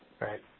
right